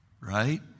Right